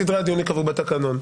סדרי הדיון ייקבעו בתקנון".